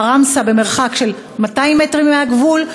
עראמשה במרחק 200 מטרים מהגבול,